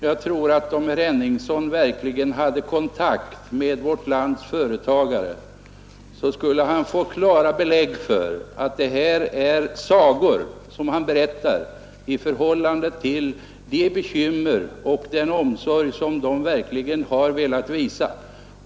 Fru talman! Om herr Henningsson verkligen hade kontakt med vårt lands företagare, skulle han få klara belägg för att det som han nu berättat är sagor mot bakgrunden av de bekymmer de har och den omsorg som de verkligen har velat visa.